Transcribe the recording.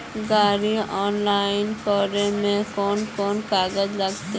गाड़ी ऑनलाइन करे में कौन कौन कागज लगते?